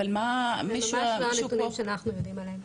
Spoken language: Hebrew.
זה ממש לא הנתונים שאנחנו יודעים עליהם.